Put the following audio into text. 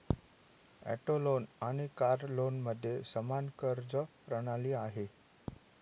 auto loan आणि car लोनमध्ये समान कर्ज प्रणाली आहे